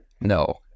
No